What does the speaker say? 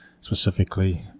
specifically